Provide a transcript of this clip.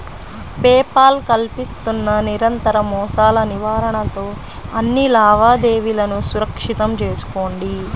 pay Paul కల్పిస్తున్న నిరంతర మోసాల నివారణతో అన్ని లావాదేవీలను సురక్షితం చేసుకోండి